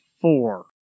four